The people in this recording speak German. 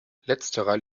letzterer